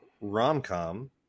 rom-com